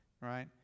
Right